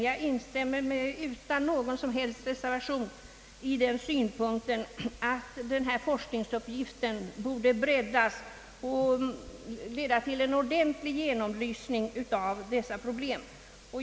Jag instämmer utan någon som helst reservation i den synpunkten att denna forskningsuppgift borde breddas och leda till en ordentlig genomlysning av problemen.